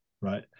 right